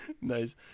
Nice